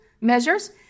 measures